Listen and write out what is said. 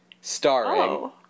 Starring